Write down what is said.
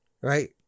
Right